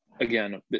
Again